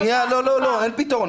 שניה, לא, אין פתרון.